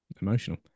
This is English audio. emotional